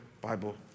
Bible